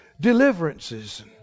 Deliverances